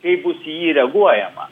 kaip bus į jį reaguojama